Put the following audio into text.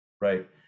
right